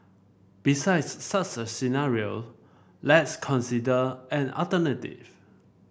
besides such a scenario let's consider an alternative